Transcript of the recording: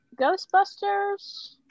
Ghostbusters